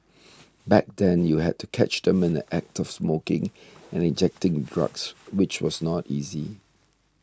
back then you have to catch them in the Act of smoking and injecting the drugs which was not easy